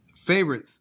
Favorite